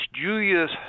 Julius